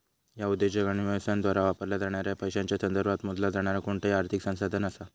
ह्या उद्योजक आणि व्यवसायांद्वारा वापरला जाणाऱ्या पैशांच्या संदर्भात मोजला जाणारा कोणताही आर्थिक संसाधन असा